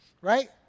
Right